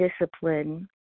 discipline